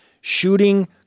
shooting